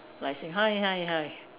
like say hi hi hi